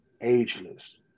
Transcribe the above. ageless